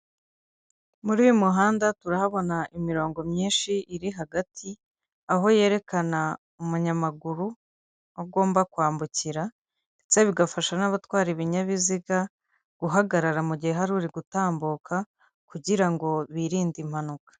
Muri uyu muhanda turahabona imirongo myinshi iri hagati aho yerekana umunyamaguru aho agomba kwambukira ndetse bigafasha n'abatwara ibinyabiziga guhagarara mugihe hariri gutambuka kugirango birinde impanuka.